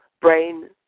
brain